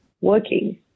working